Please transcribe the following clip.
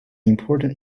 important